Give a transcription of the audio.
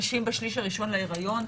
נשים בשליש הראשון להיריון,